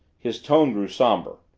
his tone grew somber,